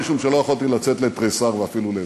משום שלא יכולתי לצאת לתריסר ואפילו ל-20.